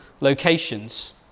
locations